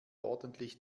ordentlich